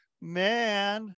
man